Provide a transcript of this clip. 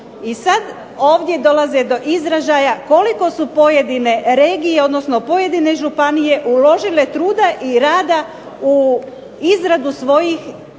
I sad ovdje dolaze do izražaja koliko su pojedine regije, odnosno pojedine županije uložile truda i rada u izradu svojih